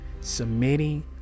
submitting